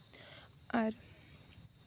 ᱟᱨ